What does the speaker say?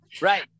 Right